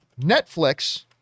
netflix